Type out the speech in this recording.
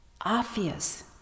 obvious